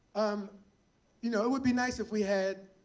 um you know it would be nice if we had